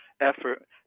effort